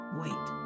wait